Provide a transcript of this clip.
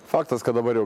faktas kad dabar jau